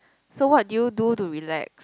so what do you do to relax